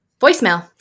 voicemail